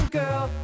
girl